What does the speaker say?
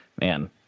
Man